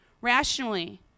rationally